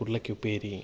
ഉരുളക്കുപ്പേരി